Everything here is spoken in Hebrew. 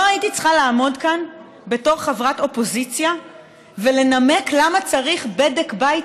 לא הייתי צריכה לעמוד כאן בתור חברת אופוזיציה ולנמק למה צריך בדק בית